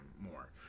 more